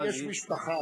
אם יש משפחה,